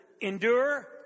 endure